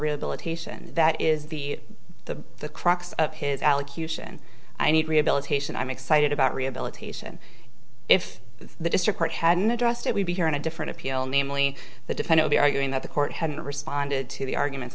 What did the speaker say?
rehabilitation that is the the the crux of his allocution i need rehabilitation i'm excited about rehabilitation if the district court hadn't addressed it we'd be here in a different appeal namely the defendant be arguing that the court hadn't responded to the arguments